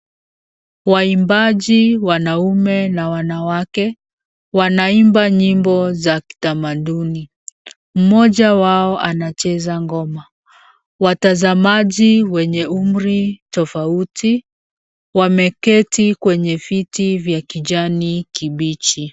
Waimbaji wanaume na wanawake wanaimba nyimbo za kitamaduni. Mmoja wao anacheza ngoma. Watazamaji wenye umri tofauti wameketi kwenye viti vya kijani kibichi.